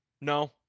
No